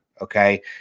okay